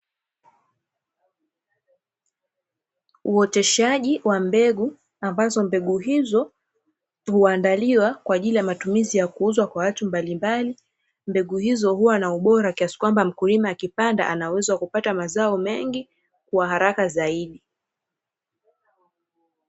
Uoteshaji wa mbegu, ambazo mbegu hizo huandaliwa kwa ajili ya matumizi ya kuuzwa kwa watu mbalimbali. Mbegu hizo huwa na ubora kiasi kwamba mkulima akipanda ana uwezo wa kupata mazao mengi, kwa haraka zaidi.